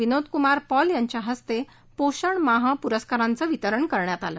विनोद कुमार पॉल यांच्या हस्ते पोषण माह पुरस्कारांचे वितरण करण्यात आले